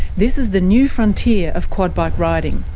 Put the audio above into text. this is the new frontier of quad bike riding,